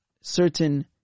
certain